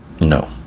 no